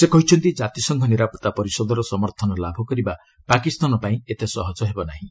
ସେ କହିଛନ୍ତି ଜାତିସଂଘ ନିରାପତ୍ତା ପରିଷଦର ସମର୍ଥନ ଲାଭ କରିବା ପାକିସ୍ତାନ ପାଇଁ ଏତେ ସହଜ ହେବ ନାହିଁ